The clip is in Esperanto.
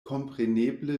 kompreneble